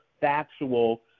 factual